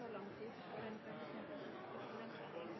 så lang tid